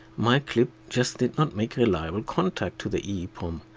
my clip just did not make reliable contact to the eeprom,